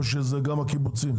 או שאלה גם הקיבוצים.